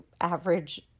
average